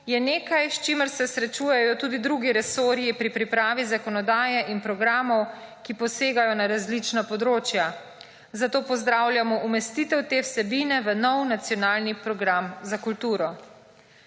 je nekaj, s čimer se srečujejo tudi drugi resorji pri pripravi zakonodaje in programov, ki posegajo na različna področja. Zato pozdravljamo umestitev te vsebine v nov nacionalni program za kulturo.